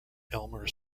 elmer